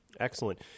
Excellent